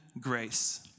grace